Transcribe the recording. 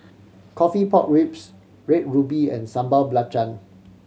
coffee pork ribs Red Ruby and Sambal Belacan